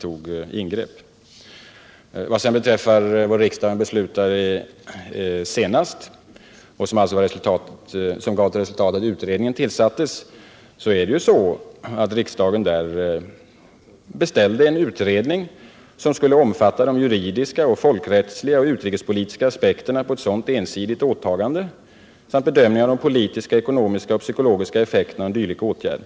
Riksdagens senaste beslut innebar att riksdagen beställde en utredning som skulle omfatta de juridiska, folkrättsliga och utrikespolitiska aspekterna på ett sådant ensidigt åtagande samt bedömningar av de politiska, ekonomiska och psykologiska effekterna av en dylik åtgärd.